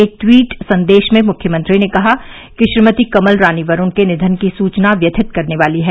एक ट्वीट संदेश में मुख्यमंत्री ने कहा कि श्रीमती कमल रानी वरूण के निधन की सूचना व्यथित करने वाली है